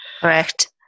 correct